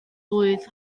blwydd